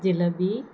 jalebi